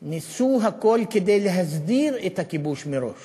ניסו הכול כדי להסדיר את הכיבוש מראש